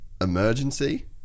emergency